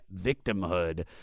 victimhood